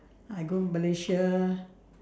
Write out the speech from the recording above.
I go malaysia